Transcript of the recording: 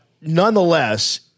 nonetheless